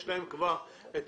יש להם כבר מתנדבים,